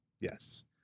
yes